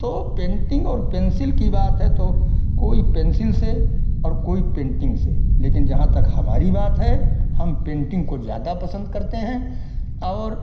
तो पेन्टिन्ग और पेन्सिल की बात है तो कोई पेन्सिल से और कोई पेन्टिन्ग से लेकिन जहाँ तक हमारी बात है हम पेन्टिन्ग को ज़्यादा पसन्द करते हैं और